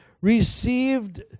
received